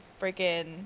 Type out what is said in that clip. freaking